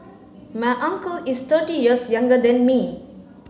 my uncle is thirty years younger than me